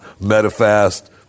MetaFast